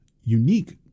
unique